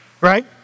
right